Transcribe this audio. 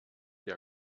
der